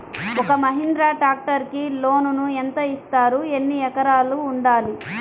ఒక్క మహీంద్రా ట్రాక్టర్కి లోనును యెంత ఇస్తారు? ఎన్ని ఎకరాలు ఉండాలి?